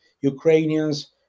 Ukrainians